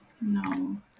No